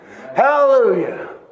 Hallelujah